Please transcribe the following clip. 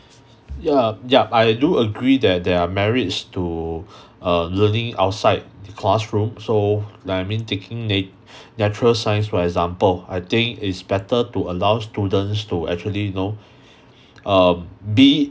ya yup I do agree that there are merits to uh learning outside the classroom so like I mean taking na~ natural science for example I think it's better to allow students to actually you know um be